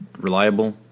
reliable